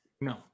No